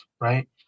right